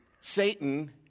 Satan